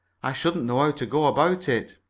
i shouldn't know how to go about it.